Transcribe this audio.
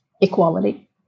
equality